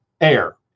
air